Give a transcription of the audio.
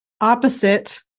opposite